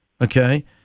Okay